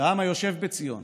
לעם היושב בציון